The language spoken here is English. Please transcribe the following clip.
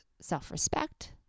self-respect